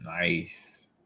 Nice